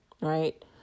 right